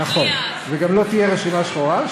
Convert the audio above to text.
נכון, וגם לא תהיה רשימה שחורה.